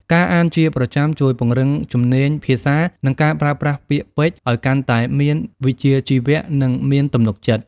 ការអានជាប្រចាំជួយពង្រឹងជំនាញភាសា និងការប្រើប្រាស់ពាក្យពេចន៍ឱ្យកាន់តែមានវិជ្ជាជីវៈ និងមានទំនុកចិត្ត។